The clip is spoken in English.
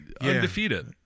undefeated